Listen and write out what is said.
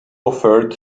offered